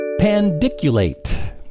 pandiculate